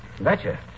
Betcha